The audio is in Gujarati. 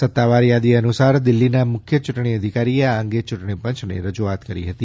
સત્તાવાર થાદી અનુસાર દિલ્લીના મુખ્ય ચૂંટણી અધિકારીએ આ અંગે ચૂંટણીપંચને રજૂઆત કરી હતી